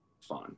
fun